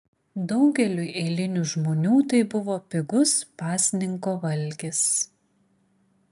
daugeliui eilinių žmonių tai buvo pigus pasninko valgis